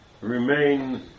remain